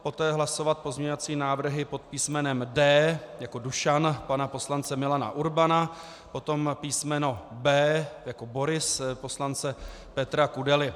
Poté hlasovat pozměňovací návrhy pod písmenem D jako Dušan pana poslance Milana Urbana, potom písmeno B jako Boris poslance Petra Kudely.